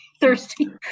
thirsty